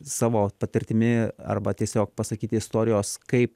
savo patirtimi arba tiesiog pasakyti istorijos kaip